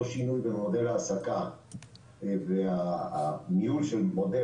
אותו שינוי במודל העסקה והניהול של המודל